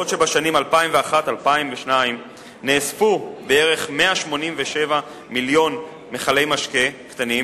בעוד שבשנים 2001 2002 נאספו בערך 187 מיליון מכלי משקה קטנים,